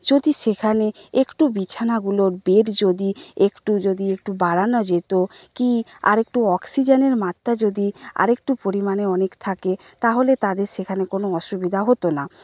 যদি সেখানে একটু বিছানাগুলোর বেড যদি একটু যদি একটু বাড়ানো যেতো কি আর একটু অক্সিজেনের মাত্রা যদি আর একটু পরিমাণে অনেক থাকে তাহলে তাদের সেখানে কোনো অসুবিধা হতো না